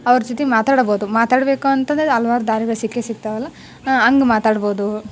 ಅವ್ರ ಜೊತೆ ಮಾತಾಡಬೋದು ಮಾತಾಡಬೇಕು ಅಂತಂದ್ರೆ ಹಲವಾರು ದಾರಿಗಳು ಸಿಕ್ಕೇ ಸಿಗ್ತಾವಲ್ಲ ಹಂಗೆ ಮಾತಾಡ್ಬೋದು